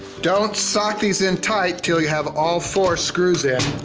don't sock these in tight till you have all four screws in.